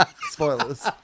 Spoilers